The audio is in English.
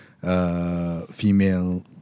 female